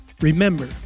Remember